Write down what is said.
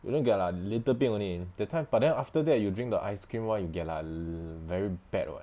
you only get like little bit only that time but after that you drink the ice cream [one] you get alo~ like very bad [what]